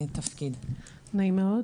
נעים מאוד.